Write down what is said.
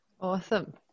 Awesome